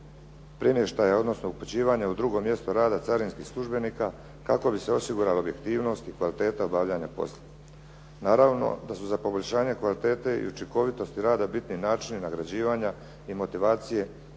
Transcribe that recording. premještaja, odnosno upućivanja u drugo mjesto rada carinskih službenika kako bi se osigurala objektivnost i kvaliteta obavljanja poslova. Naravno da su za poboljšanje kvalitete i učinkovitosti rada bitni načini nagrađivanja i motivacije